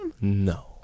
No